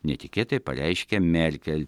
netikėtai pareiškia merkel